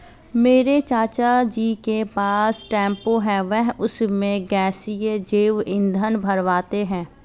मेरे चाचा जी के पास टेंपो है वह उसमें गैसीय जैव ईंधन भरवाने हैं